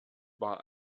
war